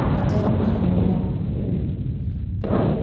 এজন মানুহক বহুত